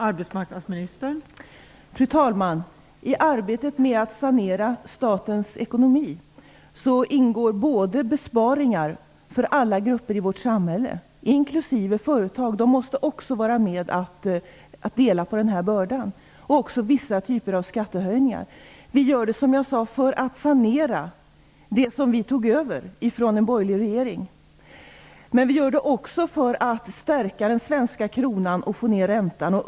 Fru talman! I arbetet med att sanera statens ekonomi ingår besparingar för alla grupper i vårt samhälle, inklusive företagen som också måste vara med och dela på bördan, och också vissa typer av skattehöjningar. Vi gör det, som jag sade, för att sanera det som vi tog över från en borgerlig regering. Men vi gör det också för att stärka den svenska kronan och få ned räntan.